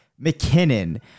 McKinnon